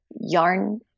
yarn